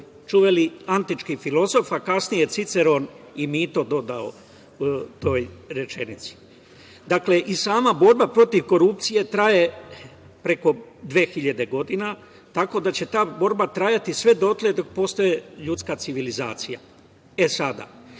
čuveni antički filozof, a kasnije Ciceron – i mito dodao toj rečenici. Sama borba protiv korupcije traje preko 2.000 godina, tako da će borba trajati sve dok postoji ljudska civilizacija. Glavni